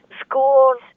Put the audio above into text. schools